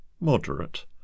moderate